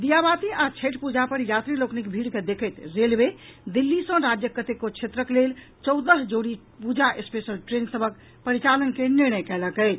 दीयाबाती आ छठि पूजा पर यात्री लोकनिक भीड़ के देखैत रेलवे दिल्ली सँ राज्यक कतेको क्षेत्रक लेल चौदह जोड़ी पूजा स्पेशल ट्रेन सभक परिचालन के निर्णय कयलक अछि